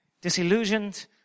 disillusioned